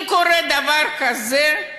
אם קורה דבר כזה,